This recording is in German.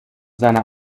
seiner